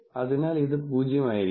അതിനാൽ ഇത് 0 ആയിരിക്കും